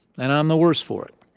and i'm the worse for it.